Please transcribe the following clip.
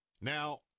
Now